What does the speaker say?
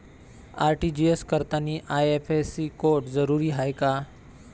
RTGS करतांनी IFSC code जरुरीचा हाय का?